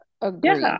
agree